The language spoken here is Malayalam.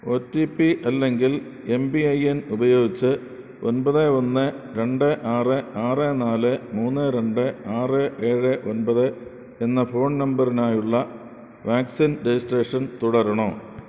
ഒ ടി പി അല്ലെങ്കിൽ എം പി ഐ എൻ ഉപയോഗിച്ച് ഒമ്പത് ഒന്ന് രണ്ട് ആറ് ആറ് നാല് മുന്ന് രണ്ട് ആറ് ഏഴ് ഒമ്പത് എന്ന ഫോൺ നമ്പറിനായുള്ള വാക്സിൻ രജിസ്ട്രേഷൻ തുടരണോ